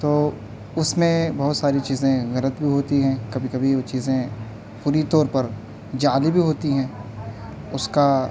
تو اس میں بہت ساری چیزیں غلط بھی ہوتی ہیں کبھی کبھی وہ چیزیں پوری طور پر جعلی بھی ہوتی ہیں اس کا